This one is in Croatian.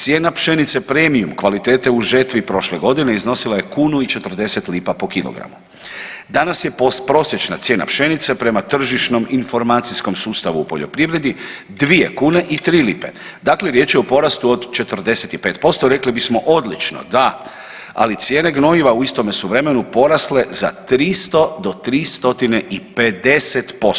Cijena pšenice premium kvalitete u žetvi prošle godine iznosila je kunu i 40 lipa po kilogramu, danas je prosječna cijena pšenice prema tržišnom informacijskom sustavu u poljoprivredi 2 kune i 3 lipe, dakle riječ je o porastu od 45%, rekli bismo odlično, da, ali cijene gnojiva u istome su vremenu porasle za 300 do 350%